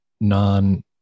non